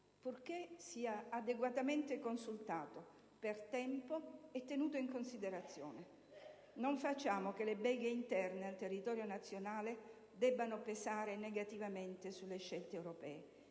Purché sia adeguatamente consultato, per tempo, e tenuto in considerazione. Non facciamo che le beghe interne al territorio nazionale debbano pesare negativamente sulle scelte europee.